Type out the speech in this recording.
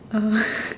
uh